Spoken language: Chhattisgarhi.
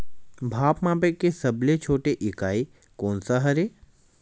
भार मापे के सबले छोटे इकाई कोन सा हरे?